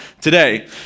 today